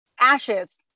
ashes